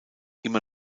immer